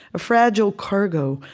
a fragile cargo,